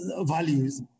values